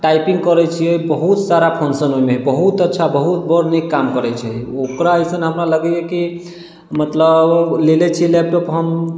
typing करै छियै बहुत सारा फन्शन ओहिमे है बहुत अच्छा बहुत बड्ड नीक काम करै छै ओकरा जैसन हमरा लगैयै कि मतलब लेने छियै लैपटॉप हमहुँ